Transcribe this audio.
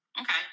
Okay